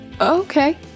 Okay